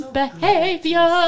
behavior